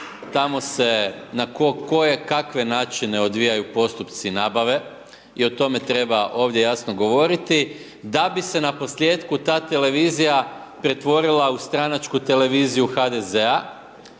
tamo se na kojekakve načine odvijaju postupci nabave i o tome treba ovdje jasno govoriti, da bi se naposljetku ta televizija pretvorila u stranačku televiziju HDZ-a